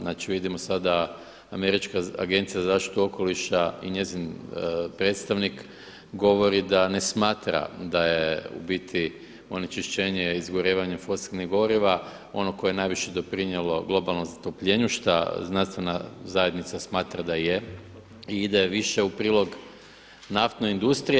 Znači vidimo sada, Američka agencija za zaštitu okoliša i njezin predstavnik govori da ne smatra da je u biti onečišćenje, sagorijevanje fosilnih goriva ono koje je najviše doprinijelo globalnom zatopljenju šta znanstvena zajednica smatra da je ide više u prilog naftnoj industriji.